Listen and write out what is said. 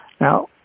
Now